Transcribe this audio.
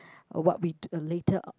uh what we t~ a later uh